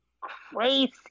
crazy